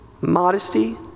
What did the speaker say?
Modesty